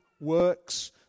works